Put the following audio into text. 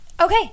Okay